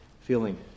feeling